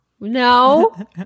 No